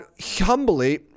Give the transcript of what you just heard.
humbly